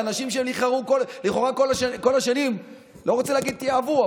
לאנשים שלכאורה כל השנים לא רוצה להגיד שהם תיעבו,